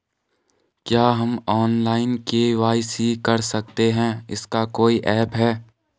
क्या हम online KYC कर सकते हैं इसका कोई ऐप है?